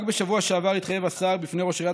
רק בשבוע שעבר התחייב השר בפני ראש עיריית